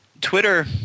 Twitter